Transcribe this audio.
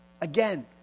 Again